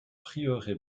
prieuré